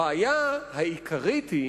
הבעיה העיקרית היא